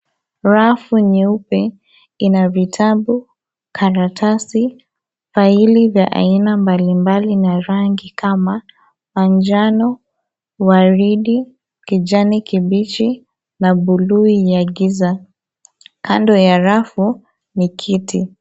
Rafu nyeupe ina vitabu, karatasi, faili za aina mbali mbali na rangi kama manjano, waridi, kijani kibichi, na buluu ya giza. Kando ya rafu ni kiti.